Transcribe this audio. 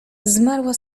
zmarła